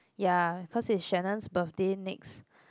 ya cause is Shannon's birthday next